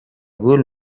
گول